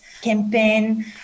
campaign